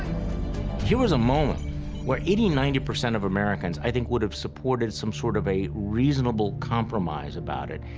here was a moment where eighty, ninety percent of americans, i think, would have supported some sort of a reasonable compromise about it.